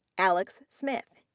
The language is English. alex smith.